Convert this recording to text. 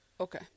Okay